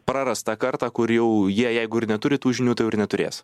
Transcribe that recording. prarastą kartą kur jau jie jeigu ir neturi tų žinių tai jau ir neturės